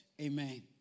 Amen